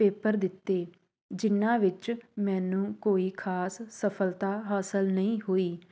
paper ਦਿੱਤੇ ਜਿਨ੍ਹਾਂ ਵਿੱਚ ਮੈਨੂੰ ਕੋਈ ਖਾਸ ਸਫਲਤਾ ਹਾਸਲ ਨਹੀਂ ਹੋਈ